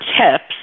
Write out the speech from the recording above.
tips